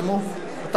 (תיקון מס' 6),